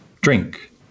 drink